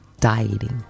dieting